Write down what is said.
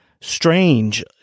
strange